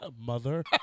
mother